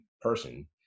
person